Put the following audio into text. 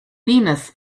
venus